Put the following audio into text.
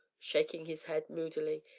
shaking his head moodily,